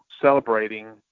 celebrating